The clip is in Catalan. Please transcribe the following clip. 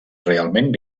realment